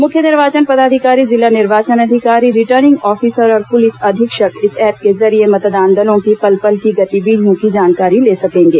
मुख्य निर्वाचन पदाधिकारी जिला निर्वाचन अधिकारी रिटर्निंग ऑफिसर और पुलिस अधीक्षक इस ऐप के जरिए मतदान दलों की पल पल की गतिविधियों की जानकारी ले सकेंगे